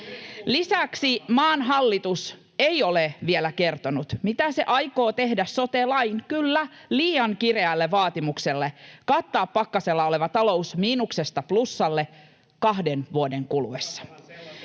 Lisäksi maan hallitus ei ole vielä kertonut, mitä se aikoo tehdä sote-lain, kyllä, liian kireälle vaatimukselle kattaa pakkasella oleva talous miinuksesta plussalle kahden vuoden kuluessa.